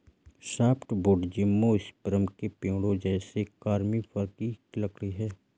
softwood gymnosperm के पेड़ों जैसे कॉनिफ़र की लकड़ी है